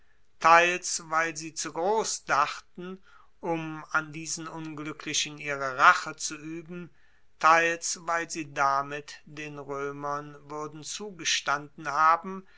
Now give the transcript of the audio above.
teils weil sie zu gross dachten um an diesen ungluecklichen ihre rache zu ueben teils weil sie damit den roemern wuerden zugestanden haben